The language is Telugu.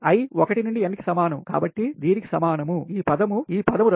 i 1 నుండి n కి సమానం కాబట్టి దీనికి సమానం ఈ పదం ఈ పదం రద్దు చేయబడుతుంది